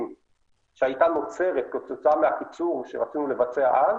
שהייתה נוצרת כתוצאה מהקיצור שרצינו לבצע אז,